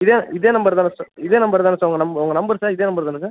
இதே இதே நம்பர் தானே சார் இதே நம்பர் தானே சார் உங்கள் உங்கள் நம்பர் சார் இதே நம்பர் தானே சார்